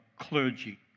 clergy